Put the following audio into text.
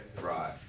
Right